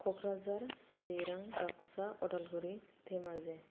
Kokrajhar Chirang Baksa Udalguri Dhemaji